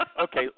Okay